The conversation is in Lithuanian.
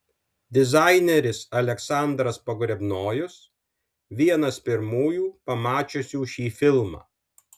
dizaineris aleksandras pogrebnojus vienas pirmųjų pamačiusių šį filmą